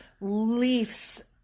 leaves